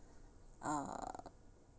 uh